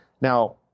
Now